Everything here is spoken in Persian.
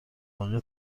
بقیه